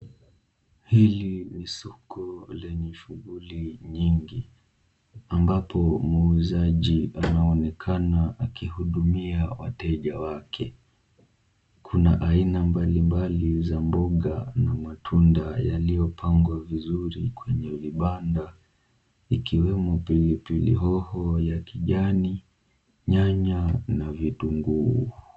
Hili ni soko lenye shughuli nyingi, ambapo muuzaji anaonekana akihudumia wateja wake. Kuna aina mbalimbali za mboga na matunda yaliyopangwa vizuri kwenye vibanda, ikiwemo pilipili hoho ya kijani, nyanya na vitunguu.